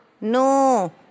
no